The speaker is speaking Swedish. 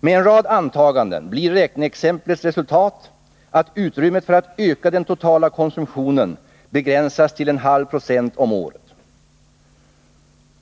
Med en rad antaganden blir räkneexemplets resultat att utrymme för att öka den totala konsumtionen begränsas till 0,5 96 om året.